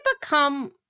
become